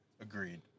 agreed